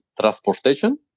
transportation